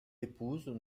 épouses